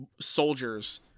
soldiers